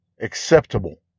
Acceptable